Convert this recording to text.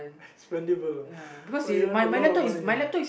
expendable you have a lot of money